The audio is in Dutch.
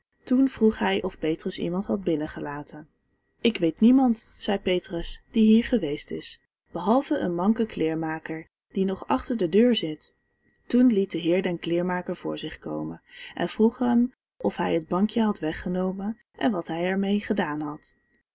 toen vroeg hij of petrus iemand had binnengelaten ik weet niemand zei petrus die hier geweest is behalve een manke kleermaker die nog achter de deur zit toen liet de heer den kleermaker voor zich komen en vroeg hem of hij het bankje had weggenomen en wat hij er mee gedaan had